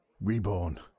reborn